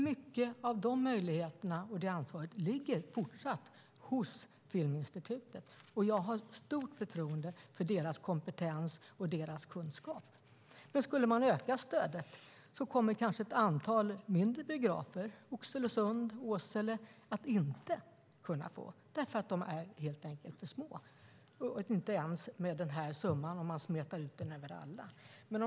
Mycket av de möjligheterna och det ansvaret ligger fortsatt hos Filminstitutet. Jag har stort förtroende för deras kompetens och deras kunskap. Skulle man öka stödet kommer kanske ett antal mindre biografer, som Oxelösund och Åsele, inte att kunna få pengar ens med den här summan, om man smetar ut den över alla, helt enkelt därför att de biograferna är för små.